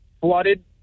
flooded